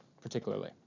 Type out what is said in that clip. particularly